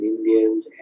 Indians